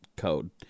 Code